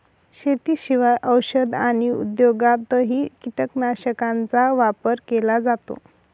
शेतीशिवाय औषध आणि उद्योगातही कीटकनाशकांचा वापर केला जातो